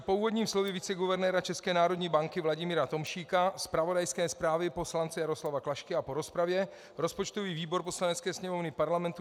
Po úvodním slově viceguvernéra České národní banky Vladimíra Tomšíka, zpravodajské zprávě poslance Jaroslava Klašky a po rozpravě rozpočtový výbor Poslanecké sněmovny Parlamentu